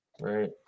right